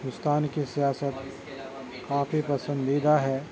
ہندوستان کی سیاست کافی پسندیدہ ہے